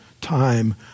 time